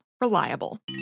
Reliable